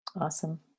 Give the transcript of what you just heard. Awesome